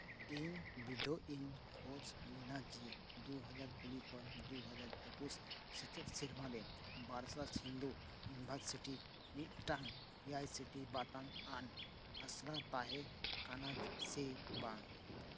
ᱤᱧ ᱵᱤᱰᱟᱹᱣ ᱤᱧ ᱠᱷᱚᱡ ᱞᱮᱱᱟᱡ ᱮ ᱫᱩ ᱦᱟᱡᱟᱨ ᱠᱩᱲᱤ ᱠᱷᱚᱡ ᱫᱩᱦᱟᱡᱟᱨ ᱮᱠᱩᱥ ᱥᱮᱪᱮᱫ ᱥᱮᱨᱢᱟᱨᱮ ᱵᱟᱨᱥᱟᱫ ᱥᱤᱱᱫᱷᱩ ᱤᱱᱵᱷᱟᱨ ᱥᱤᱴᱤ ᱢᱤᱫᱴᱟᱝ ᱮᱭᱟᱭ ᱥᱤᱴᱤ ᱵᱟᱛᱟᱝ ᱟᱱ ᱟᱥᱨᱟ ᱛᱟᱦᱮᱸ ᱠᱟᱱᱟᱥᱮ ᱵᱟᱝ